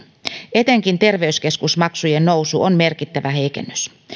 etenkin terveyskeskusmaksujen nousu on merkittävä heikennys